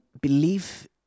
belief